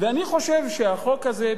ואני חושב שהחוק הזה,